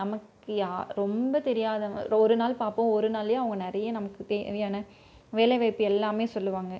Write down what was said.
நமக்கு யா ரொம்ப தெரியாதவங்க ஒரு நாள் பார்ப்போம் ஒரு நாளிலே அவங்க நிறைய நமக்கு தேவையான வேலை வாய்ப்பு எல்லாமே சொல்வாங்க